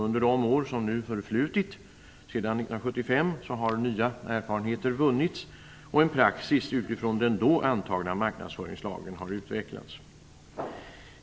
Under de år som förflutit sedan 1975 har nya erfarenheter vunnits, och en praxis utifrån den då antagna marknadsföringslagen har utvecklats.